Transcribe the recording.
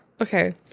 okay